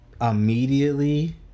immediately